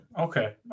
Okay